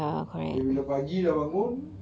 then bila pagi dah bangun